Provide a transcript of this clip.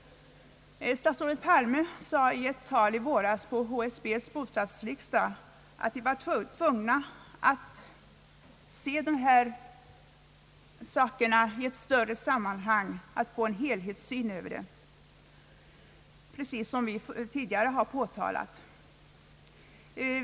Statsrådet Palme sade i ett tal i våras på HSB:s bostadsriksdag, att vi var tvungna att se denna sak i ett större sammanhang, att få en helhetssyn över den, precis som vi tidigare påtalat.